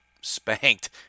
spanked